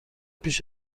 پیش